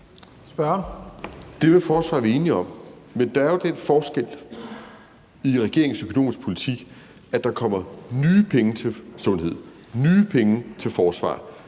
Det med forsvar er vi enige om. Men der er jo den forskel i regeringens økonomiske politik, at der kommer nye penge til sundhed, nye penge til forsvar,